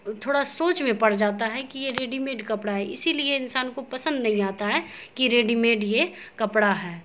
تھوڑا سوچ میں پڑ جاتا ہے کہ یہ ریڈی میڈ کپڑا ہے اسی لیے انسان کو پسند نہیں آتا ہے کہ ریڈی میڈ یہ کپڑا ہے